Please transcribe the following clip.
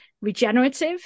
regenerative